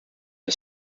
are